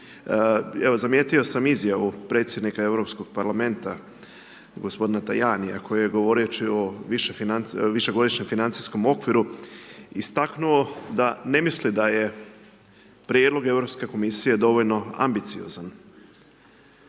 Evo, zamijetio sam izjavu predsjednika Europskog parlamenta gospodina Tajanija koji je govoreći o višegodišnjem financijskom okviru istaknuo da ne misli da je prijedlog Europske komisije dovoljno ambiciozan.